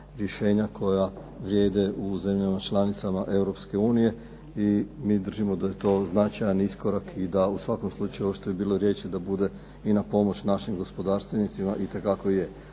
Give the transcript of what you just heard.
rješenja koja vrijede u zemljama članicama Europske unije i mi držimo da je to značajan iskorak i da u svakom slučaju ovo što je bilo riječi da bude ina pomoć našim gospodarstvenicima itekako je,